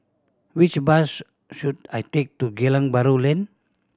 which bus should I take to Geylang Bahru Lane